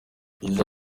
yagize